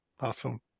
Awesome